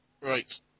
Right